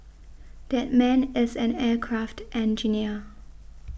that man is an aircraft engineer